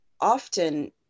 often